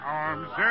arms